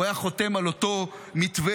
הוא היה חותם על אותו מתווה.